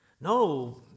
No